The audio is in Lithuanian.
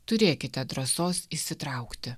turėkite drąsos įsitraukti